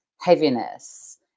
heaviness